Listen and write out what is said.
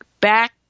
Back